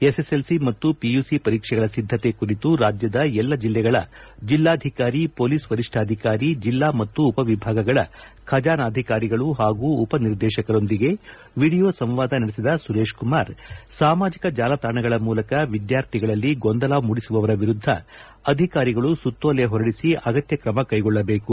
SSLC ಮತ್ತು PUC ಪರೀಕ್ಷೆಗಳ ಸಿದ್ಧತೆ ಕುರಿತು ರಾಜ್ಯದ ಎಲ್ಲ ಜಿಲ್ಲೆಗಳ ಜಿಲ್ಲಾಧಿಕಾರಿ ಪೊಲೀಸ್ ವರಿಷ್ಠಾಧಿಕಾರಿ ಜಿಲ್ಲಾ ಮತ್ತು ಉಪವಿಭಾಗಗಳ ಖಜಾನಾಧಿಕಾರಿಗಳು ಪಾಗೂ ಉಪನಿರ್ದೇಶಕರೊಂದಿಗೆ ವಿಡಿಯೋ ಸಂವಾದ ನಡೆಸಿದ ಸುರೇಶ್ಕುಮಾರ್ ಸಾಮಾಜಿಕ ಜಾಲತಾಣಗಳ ಮೂಲಕ ವಿದ್ಕಾರ್ಥಿಗಳಲ್ಲಿ ಗೊಂದಲ ಮೂಡಿಸುವವರ ವಿರುದ್ಧ ಅಧಿಕಾರಿಗಳು ಸುತ್ತೋಲೆ ಹೊರಡಿಸಿ ಅಗತ್ಯ ಕ್ರಮ ಕೈಗೊಳ್ಳಬೇಕು